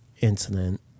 incident